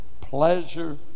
pleasure